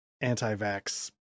anti-vax